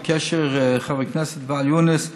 בקשר לחבר הכנסת ואאל יונס,